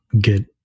get